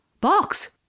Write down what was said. box